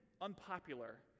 unpopular